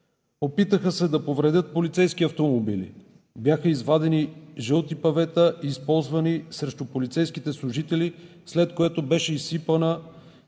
Опитаха се да повредят полицейски автомобили, бяха извадени жълти павета и използвани срещу полицейските служители, след което беше изсипана